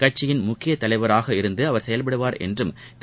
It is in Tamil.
கட்சியின் முக்கிய தலைவராக இருந்து அவர் செயல்படுவார் என்றும் திரு